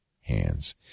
hands